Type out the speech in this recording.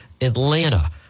Atlanta